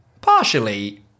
partially